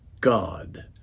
God